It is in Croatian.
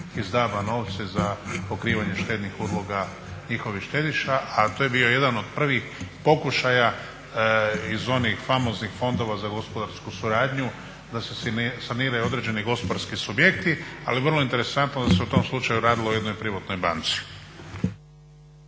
iz DAB-a novci za pokrivanje štednih uloga njihovih štediša. A to je bio jedan od prvih pokušaja iz onih famoznih fondova za gospodarsku suradnju da se saniraju određeni gospodarski subjekti, ali vrlo interesantno da se u tom slučaju radilo o jednoj privatnoj banci.